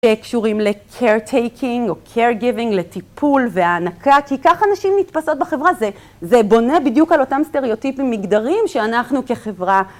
שקשורים לקייר טייקינג או קייר גיבינג לטיפול והענקה כי ככה אנשים נתפסות בחברה, זה בונה בדיוק על אותם סטריאוטיפיים מגדרים שאנחנו כחברה